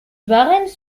varennes